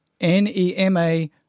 NEMA